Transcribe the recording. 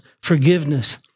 forgiveness